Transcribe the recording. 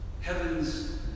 heaven's